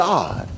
God